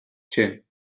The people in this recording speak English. chin